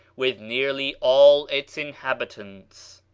with nearly all its inhabitants.